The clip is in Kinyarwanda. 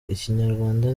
ikinyarwanda